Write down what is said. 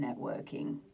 networking